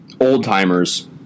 old-timers